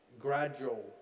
gradual